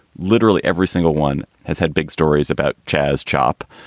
literally every single one has had big stories about chaz chope.